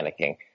panicking